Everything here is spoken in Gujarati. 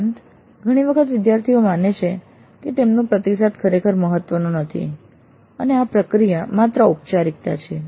ઉપરાંત ઘણી વખત વિદ્યાર્થીઓ માને છે કે તેમનો પ્રતિસાદ ખરેખર મહત્વનો નથી અને આ પ્રક્રિયા માત્ર ઔપચારિકતા છે